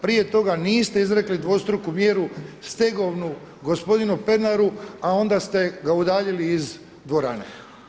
Prije toga niste izrekli dvostruku mjeru stegovnu gospodinu Pernaru, a onda ste ga udaljili iz dvorane.